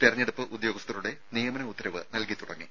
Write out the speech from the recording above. തെരഞ്ഞെടുപ്പ് ഉദ്യോഗസ്ഥ രുടെ നിയമന ഉത്തരവ് നൽകിത്തുടങ്ങി